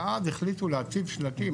ואז החליטו להציב שלטים,